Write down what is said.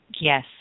Yes